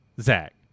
Zach